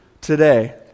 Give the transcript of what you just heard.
today